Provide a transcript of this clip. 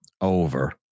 Over